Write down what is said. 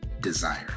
desire